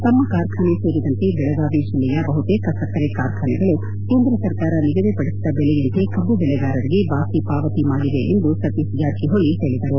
ತಮ್ಮ ಕಾರ್ಖಾನೆ ಸೇರಿದಂತೆ ಬೆಳಗಾವಿ ಜಿಲ್ಲೆಯ ಬಹುತೇಕ ಸಕ್ಕರೆ ಕಾರ್ಖಾನೆಗಳು ಕೇಂದ್ರ ಸರಕಾರ ನಿಗದಿಪಡಿಸಿದ ಬೆಲೆಯಂತೆ ಕಬ್ಬು ಬೆಳೆಗಾರರಿಗೆ ಬಾಕಿ ಪಾವತಿ ಮಾಡಿವೆ ಎಂದು ಸತೀಶ್ ಜಾರಕಿಹೊಳಿ ಹೇಳಿದರು